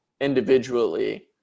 individually